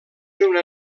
una